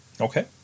okay